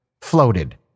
floated